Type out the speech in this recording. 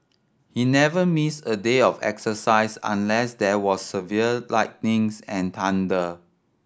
he never missed a day of exercise unless there was severe lightnings and thunder